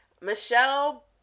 Michelle